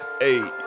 hey